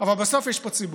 אבל בסוף יש פה ציבור.